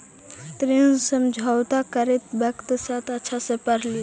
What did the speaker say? ऋण समझौता करित वक्त शर्त अच्छा से पढ़ लिहें